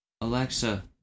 Alexa